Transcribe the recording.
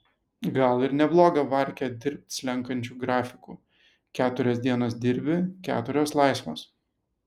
gal ir nebloga varkė dirbt slenkančiu grafiku keturias dienas dirbi keturios laisvos